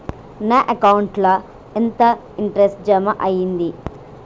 నా అకౌంట్ ల ఎంత ఇంట్రెస్ట్ జమ అయ్యింది?